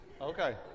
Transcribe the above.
Okay